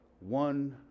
one